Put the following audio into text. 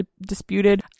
disputed